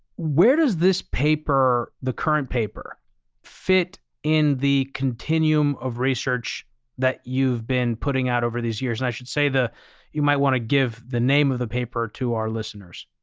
where does this paper, the current paper fit in the continuum of research that you've been putting out over these years? and i should say that you might want to give the name of the paper to our listeners.